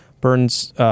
Burns